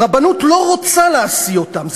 הרבנות לא רוצה להשיא אותם,